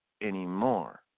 anymore